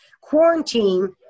quarantine